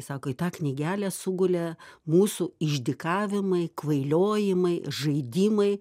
sako į tą knygelę sugulė mūsų išdykavimai kvailiojimai žaidimai